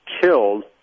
killed